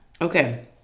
Okay